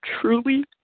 truly